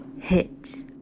...hit